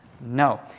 no